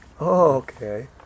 okay